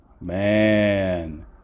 Man